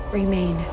remain